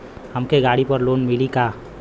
हमके गाड़ी पर लोन मिली का?